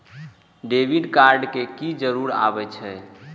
Debit card के की जरूर आवे छै?